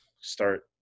start